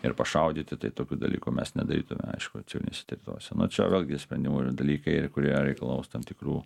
ir pašaudyti tai tokių dalykų mes nedarytume aišku civilinėse teritoriose nu čia vėlgi sprendimų yra dalykai ir kurie reikalaus tam tikrų